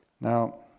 Now